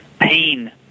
pain